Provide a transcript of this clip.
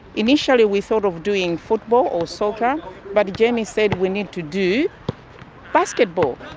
initially we thought of doing football or soccer but jamy said we need to do basketball.